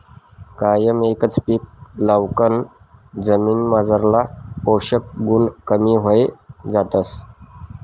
कायम एकच पीक लेवाकन जमीनमझारला पोषक गुण कमी व्हयी जातस